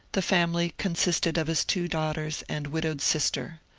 the family consisted of his two daughters and widowed sister.